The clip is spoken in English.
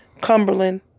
Cumberland